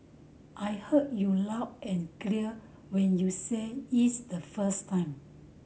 I heard you loud and clear when you said its the first time